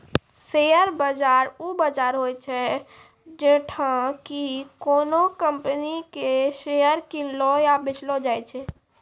share बाजार उ बजार होय छै जैठां कि कोनो कंपनी के शेयर किनलो या बेचलो जाय छै